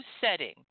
setting